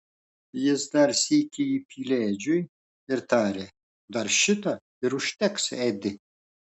jis dar sykį įpylė edžiui ir tarė dar šitą ir užteks edi